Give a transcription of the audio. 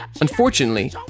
Unfortunately